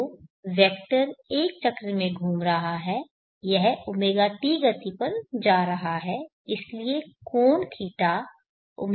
तो वेक्टर एक चक्र में घूम रहा है यह ɷt गति पर जा रहा है इसलिए कोण θ ɷt पर जा रहा है